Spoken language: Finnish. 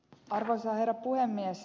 arvoisa herra puhemies